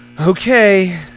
Okay